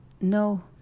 No